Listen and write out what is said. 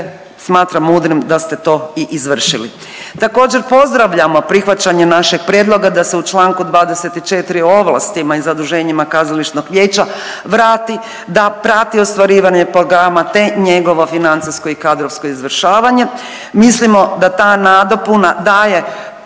smatram mudrim da ste to i izvršili. Također, pozdravljamo prihvaćanje našeg prijedloga da se u čl. 24 o ovlastima i zaduženjima kazališnog vijeća vrati da prati ostvarivanje programa te njegovo financijsko i kadrovsko izvršavanje. Mislimo da ta nadopuna daje